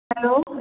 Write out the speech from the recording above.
hello